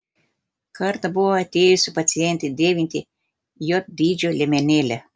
kartą buvo atėjusi pacientė dėvinti j dydžio liemenėlę